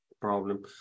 problem